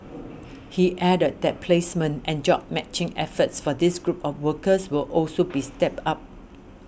he added that placement and job matching efforts for this group of workers will also be stepped up